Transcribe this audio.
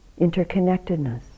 interconnectedness